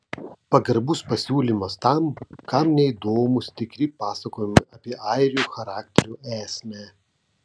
pagarbus pasiūlymas tam kam neįdomūs tikri pasakojimai apie airių charakterio esmę